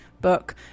book